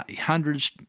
hundreds